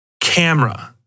camera